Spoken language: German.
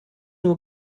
nur